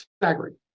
Staggering